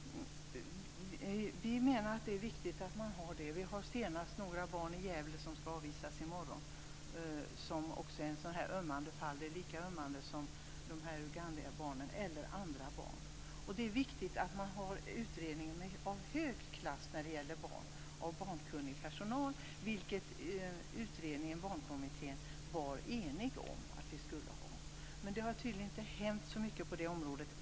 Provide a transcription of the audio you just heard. Vi menar att detta är viktigt. Nu senast gäller det några barn i Gävle som skall avvisas i morgon. Det fallet är lika ömmande fall som när det gällde Ugandabarnen och även andra barn. Det är viktigt att utredningar är av hög klass när det gäller barn och att barnkunnig personal finns med, vilket Barnkommittéutredningen var enig om att vi skulle ha. Tydligen har det ännu inte hänt särskilt mycket på det området.